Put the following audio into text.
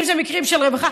אם אלה מקרים של רווחה,